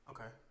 Okay